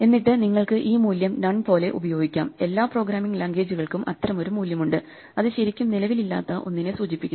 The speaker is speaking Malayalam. എന്നിട്ട് നിങ്ങൾക്ക് ഈ മൂല്യം നൺ പോലെ ഉപയോഗിക്കാം എല്ലാ പ്രോഗ്രാമിംഗ് ലാംഗ്വേജുകൾക്കും അത്തരമൊരു മൂല്യമുണ്ട് അത് ശരിക്കും നിലവിലില്ലാത്ത ഒന്നിനെ സൂചിപ്പിക്കുന്നു